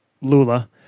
Lula